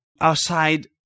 outside